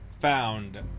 found